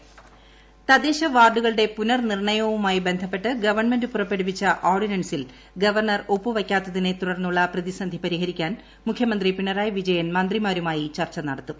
ward വിഭജനം ചർച്ച തദ്ദേശവാർഡുകളുടെ പുനർനിർണ്ണയവുമായി ബന്ധപ്പെട്ട് ഗവൺമെന്റ് പുറപ്പെടുവിച്ചു ഓർഡിനൻസിൽ ഗവർണർ ഒപ്പുവയ്ക്കാത്തതിനെ തുടർന്നുള്ള പ്രതിസന്ധി പരിഹരിക്കാൻ മുഖ്യമന്ത്രി പിണറായി വിജയൻ മന്ത്രിമാരുമായി ചർച്ച നടത്തും